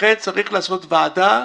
לכן צריך לעשות ועדה,